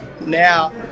Now